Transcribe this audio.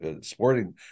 sporting